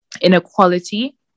inequality